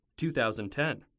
2010